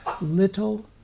little